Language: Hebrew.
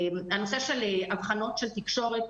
נושא אבחנות של תקשורת.